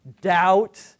doubt